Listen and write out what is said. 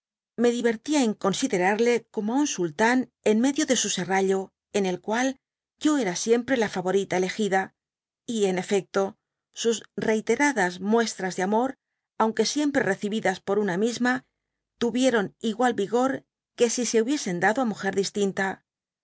me divertía en considerarle oomo á un sultán en medio de su serrallo en el cual yo era siempre la favorita elegida y en efecto sus reiteradas muestras de amor aunque siempre recibidas por una misma tuvieron igual vigor que si se hubiesen dado á múger distinta